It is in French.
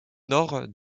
nord